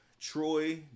Troy